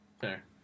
Fair